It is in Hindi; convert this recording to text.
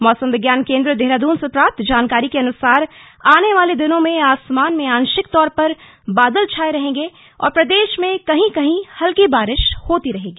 मौसम विज्ञान केंद्र देहरादून से प्राप्त जानकारी के अनुसार आने वाले दिनों में आसमान में आंशिक तौर पर बादल छाए रहेंगे और प्रदेश में कहीं कहीं हल्की बारिश होती रहेगी